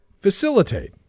facilitate